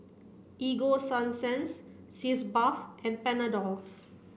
Ego Sunsense Sitz bath and Panadol